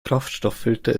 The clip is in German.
kraftstofffilter